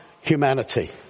humanity